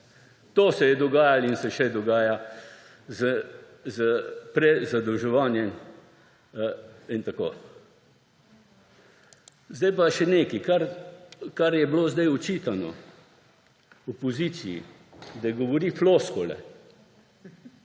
To se je dogajalo in se še dogaja s prezadolževanjem. Sedaj pa še nekaj, kar je bilo očitano opoziciji, da govori floskule,